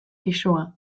pisua